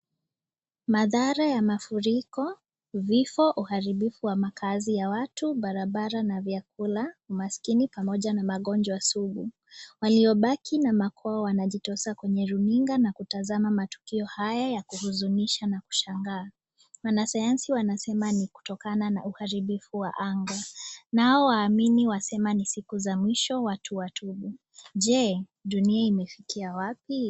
Mathara ya mafuriko ,vifo, uharibifu wa makazi ya watu, barabara na vyakula ,umaskini pamoja na magonjwa sugu, waliobaki na makwao wanajitosa kwenye runinga na kutazama matukio haya ya kuhuzunisha na kushangaa. Wanasayansi wanasema ni kutokana na uharibifu wa anga ,nao waamini wasema ni siku za mwisho watu watubu, je! Dunia imefikia wapi?